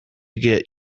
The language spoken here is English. get